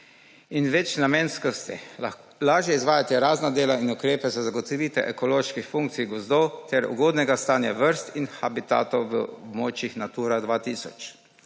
in večnamenskosti lažje izvajati razna dela in ukrepe za zagotovitev ekoloških funkcij gozdov ter ugodnega stanja vrst in habitatov v območjih Natura 2000.